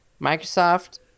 Microsoft